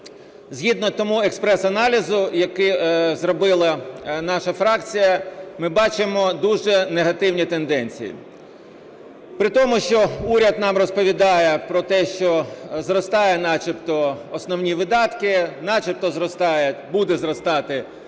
Згідно тому експрес-аналізу, який зробила наша фракція, ми бачимо дуже негативні тенденції. При тому, що уряд нам розповідає про те, що зростають начебто основні видатки, начебто буде зростати валовий